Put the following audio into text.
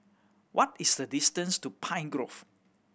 what is the distance to Pine Grove